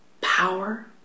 power